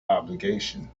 obligation